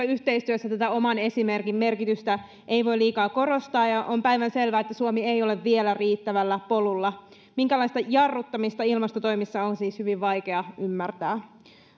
yhteistyössä tätä oman esimerkin merkitystä ei voi liikaa korostaa ja on päivänselvää että suomi ei ole vielä riittävällä polulla minkäänlaista jarruttamista ilmastotoimissa on siis hyvin vaikea ymmärtää